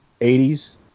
80s